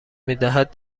میدهد